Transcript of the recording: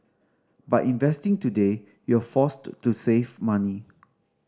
by investing today you're forced to save money